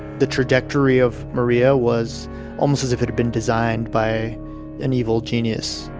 the trajectory of maria was almost as if it had been designed by an evil genius.